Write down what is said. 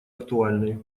актуальной